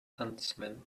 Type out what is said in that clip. huntsman